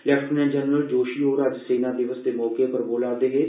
lieutenant general Joshi होर अज्ज सेना दिवस दे मौके पर बोला रदे हे